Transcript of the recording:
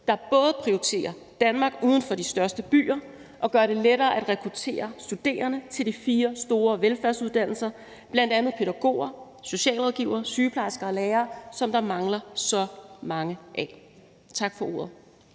som både prioriterer Danmark uden for de største byer, og som gør det lettere at rekruttere studerende til de fire store velfærdsuddannelser, bl.a. pædagoger, socialrådgivere, sygeplejersker og lærere, som der mangler så mange af. Tak for ordet.